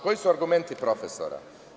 Koji su argumenti profesora?